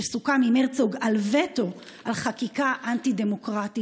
"שסוכם עם הרצוג על וטו על חקיקה אנטי-דמוקרטית,